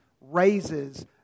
raises